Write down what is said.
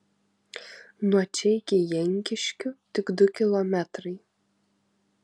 nuo čia iki jankiškių tik du kilometrai